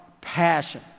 passion